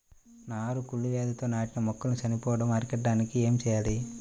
నారు కుళ్ళు వ్యాధితో నాటిన మొక్కలు చనిపోవడం అరికట్టడానికి ఏమి చేయాలి?